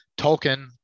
Tolkien